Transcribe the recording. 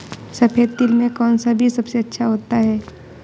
सफेद तिल में कौन सा बीज सबसे अच्छा होता है?